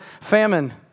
famine